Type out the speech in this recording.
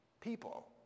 people